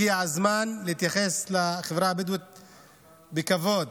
הגיע הזמן להתייחס לחברה הבדואית בכבוד,